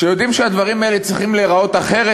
שיודעים שהדברים האלה צריכים להיראות אחרת,